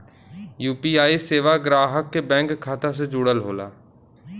UPI सेवा ग्राहक के बैंक खाता से जुड़ल होला